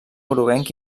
groguenc